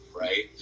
right